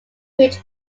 pitch